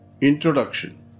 INTRODUCTION